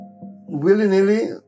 willy-nilly